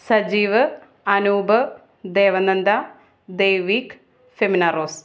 Sajeev Anoop Devananda Devik Femina rose